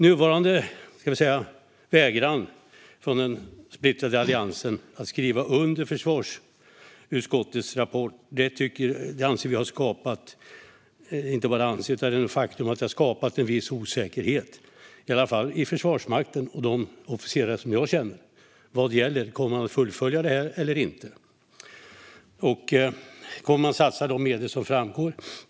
Nuvarande vägran från den splittrade Alliansen att skriva under Försvarsberedningens rapport har skapat en viss osäkerhet, i alla fall i Försvarsmakten och bland de officerare jag känner. Vad gäller? Kommer man att fullfölja eller inte? Kommer man att satsa de medel som föreslås?